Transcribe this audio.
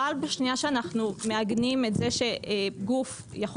אבל בשנייה שאנחנו מעגנים את זה שגוף יכול